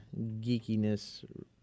geekiness